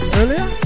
earlier